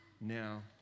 now